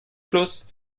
plus